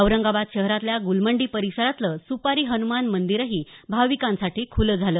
औरंगाबाद शहरातल्या गुलमंडी परिसरातलं सुपारी हनुमान मंदीरही भाविकांसाठी खुलं झालं